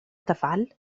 تفعل